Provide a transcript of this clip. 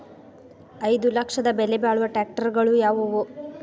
ಐದು ಲಕ್ಷದ ಬೆಲೆ ಬಾಳುವ ಟ್ರ್ಯಾಕ್ಟರಗಳು ಯಾವವು?